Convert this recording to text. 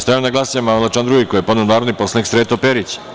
Stavljam na glasanje amandman na član 2. koji je podneo narodni poslanik Sreto Perić.